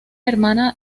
hermana